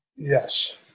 Yes